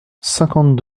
cinquante